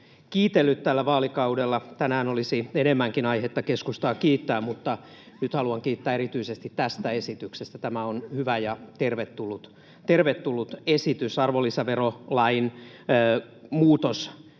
kiitellyt tällä vaalikaudella. Tänään olisi enemmänkin aihetta keskustaa kiittää, mutta nyt haluan kiittää erityisesti tästä esityksestä. Tämä on hyvä ja tervetullut esitys, arvonlisäverolain muutos,